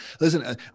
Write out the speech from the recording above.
Listen